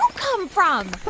um come from?